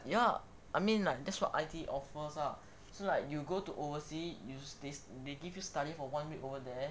ya I mean like that's what I_T_E offers lah so like you go to oversea they give you study for one week over there